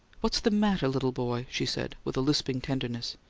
what's the matter, little boy? she said with lisping tenderness.